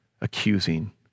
accusing